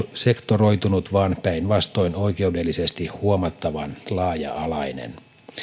sektoroitunut vaan päinvastoin oikeudellisesti huomattavan laaja alainen